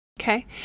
Okay